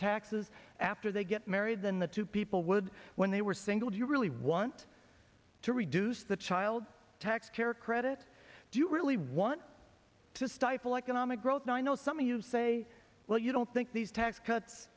taxes after they get married than the two people would when they were single do you really want to reduce the child tax care credit do you really want to stifle economic growth and i know some of you say well you don't think these tax cuts